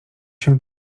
się